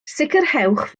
sicrhewch